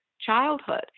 childhood